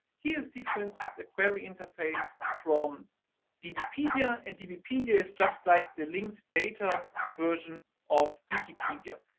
here's the for instance a query interface from dbpedia. and dbpedia is just like the linked data version of wikipedia.